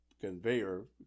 conveyor